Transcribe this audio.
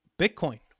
bitcoin